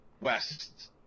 west